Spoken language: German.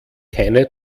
keine